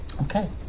Okay